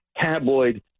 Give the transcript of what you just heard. Tabloid